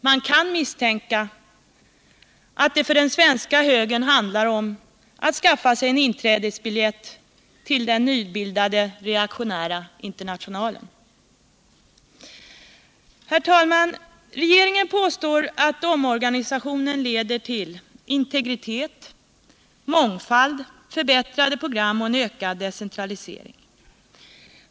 Man kan misstänka att det för den svenska högern handlar om att skaffa sig en inträdesbiljett till den nybildade reaktionära högerinternationalen. Herr talman! Regeringen påstår att omorganisationen leder till integritet, mångfald, förbättrade program och en ökad decentralisering.